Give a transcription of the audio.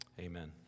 Amen